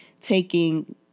taking